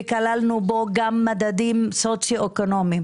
כללנו בו גם מדדים סוציו-אקונומיים.